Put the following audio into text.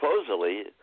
supposedly